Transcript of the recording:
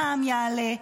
המע"מ יעלה,